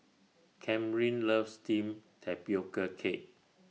Kamryn loves Steamed Tapioca Cake